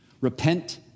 Repent